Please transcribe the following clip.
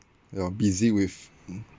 you're busy with